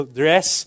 dress